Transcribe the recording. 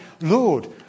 Lord